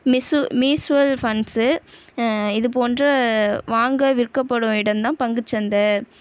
மிசு mutual funds இது போன்ற வாங்க விற்கபடும் இடம் தான் பங்குச்சந்தை